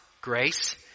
grace